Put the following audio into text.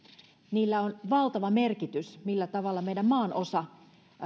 arvoilla on valtava merkitys siinä millä tavalla meidän maanosamme